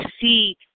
see